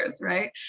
right